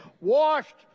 washed